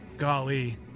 Golly